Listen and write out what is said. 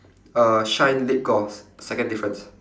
uh shine lip gloss second difference